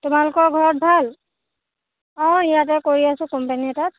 তোমালোকৰ ঘৰত ভাল অঁ ইয়াতে কৰি আছো কোম্পোনী এটাত